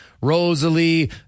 Rosalie